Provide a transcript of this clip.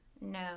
No